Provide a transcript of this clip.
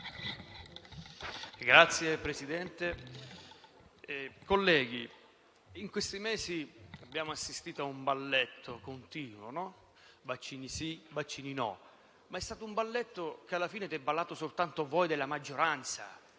Signor Presidente, colleghi, in questi mesi abbiamo assistito a un balletto continuo: vaccini sì, vaccini no. Ma è stato un balletto che alla fine avete ballato soltanto voi della maggioranza.